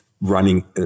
running